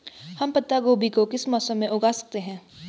हम पत्ता गोभी को किस मौसम में उगा सकते हैं?